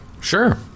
Sure